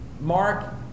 Mark